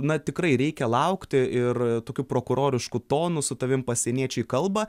na tikrai reikia laukti ir tokiu prokurorišku tonu su tavim pasieniečiai kalba